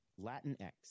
Latinx